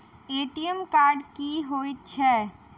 ATM card की हएत छै?